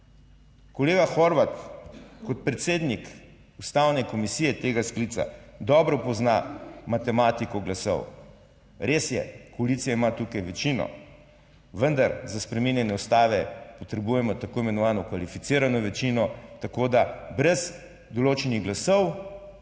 kolega Horvat kot predsednik Ustavne komisije tega sklica dobro pozna matematiko glasov. Res je, koalicija ima tukaj večino, vendar za spreminjanje Ustave potrebujemo tako imenovano kvalificirano večino, tako da brez določenih glasov